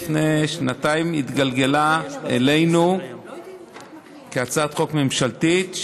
לפני שנתיים התגלגלה אלינו כהצעת חוק ממשלתית,